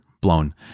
blown